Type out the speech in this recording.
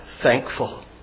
thankful